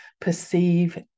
perceive